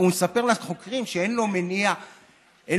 הוא מספר לחוקרים שאין לו מניע נפשי,